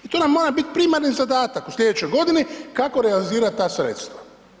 I to nam mora biti primarni zadatak u sljedećoj godini kako realizirati ta sredstva.